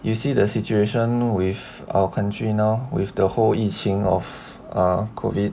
you see the situation with our country now with the whole 疫情 of err COVID